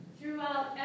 throughout